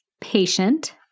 patient